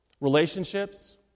relationships